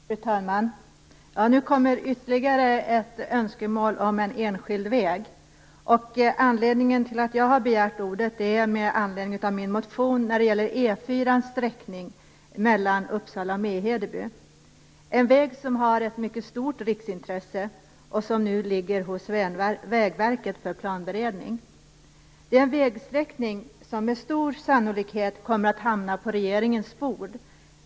Fru talman! Nu kommer ytterligare att önskemål om en enskild väg. Jag har begärt ordet med anledning av min motion om E4:ns sträckning mellan Uppsala och Mehedeby, en väg som har ett mycket stort riksintresse. Frågan ligger nu hos Vägverket för planberedning. Frågan om denna vägsträckning kommer med stor sannolikhet att hamna på regeringens bord.